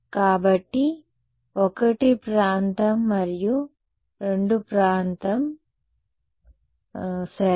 కాబట్టి 1 ప్రాంతం 1 మరియు 2 ప్రాంతం 2 సరే